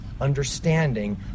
understanding